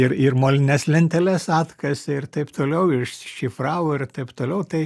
ir ir molines lenteles atkasė ir taip toliau ir iššifravo ir taip toliau tai